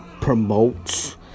Promotes